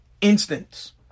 instance